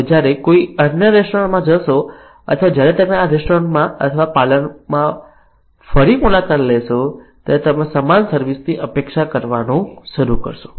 હવે જ્યારે તમે કોઈ અન્ય રેસ્ટોરન્ટમાં જશો અથવા જ્યારે તમે આ રેસ્ટોરન્ટમાં અથવા આ પાર્લરમાં જ ફરી મુલાકાત લેશો ત્યારે તમે સમાન સર્વિસ ની અપેક્ષા કરવાનું શરૂ કરશો